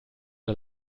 der